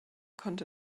konnte